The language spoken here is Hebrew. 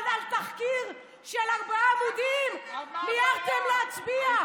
אבל על תחקיר של ארבעה עמודים מיהרתם להצביע.